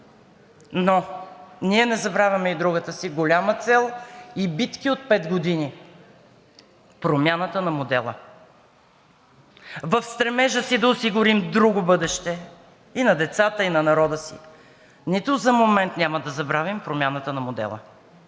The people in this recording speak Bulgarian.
Но ние не забравяме и другата си голяма цел и битки от пет години – промяната на модела. В стремежа си да осигурим друго бъдеще и на децата, и на народа си нито за момент няма да забравим промяната на модела.